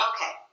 Okay